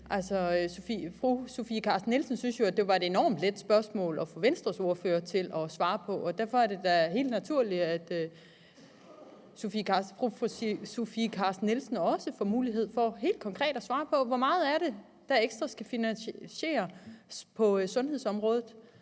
Fru Sofie Carsten Nielsen syntes jo, at det var et enormt let spørgsmål at få Venstres ordfører til at svare på. Derfor er det da helt naturligt, at fru Sofie Carsten Nielsen også får mulighed for helt konkret at svare på: Hvor meget ekstra skal der finansieres på sundhedsområdet